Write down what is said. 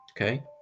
Okay